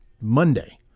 Monday